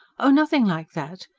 oh, nothing like that.